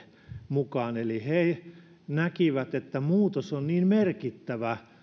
mukaan eli he näkivät että muutos on niin merkittävä